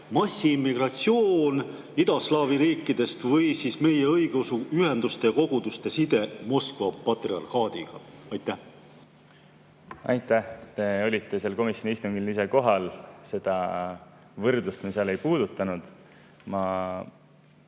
massiimmigratsioon idaslaavi riikidest või meie õigeusu ühenduste ja koguduste side Moskva patriarhaadiga? Aitäh! Te olite sellel komisjoni istungil ise kohal, seda võrdlust me seal ei puudutanud. Ma